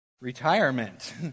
Retirement